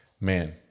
man